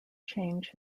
change